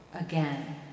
again